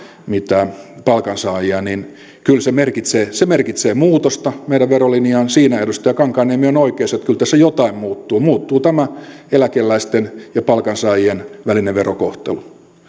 palkansaajia kyllä merkitsee muutosta meidän verolinjaan siinä edustaja kankaanniemi on oikeassa että kyllä tässä jotain muuttuu muuttuu tämä eläkeläisten ja palkansaajien välinen verokohtelu